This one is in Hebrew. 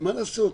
מה לעשות?